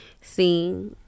See